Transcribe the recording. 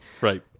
Right